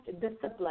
discipline